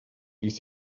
ließ